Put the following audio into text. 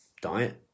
diet